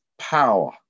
power